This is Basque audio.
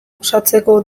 gozatzeko